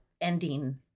ending